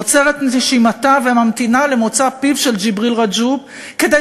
עוצרת נשימתה וממתינה למוצא פיו של ג'יבריל רג'וב כדי